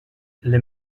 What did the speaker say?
les